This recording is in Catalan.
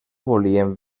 volien